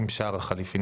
אם שער החליפין